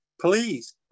please